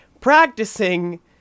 practicing